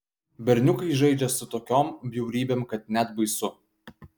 berniukai žaidžia su tokiom bjaurybėm kad net baisu